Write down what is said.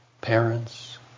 Parents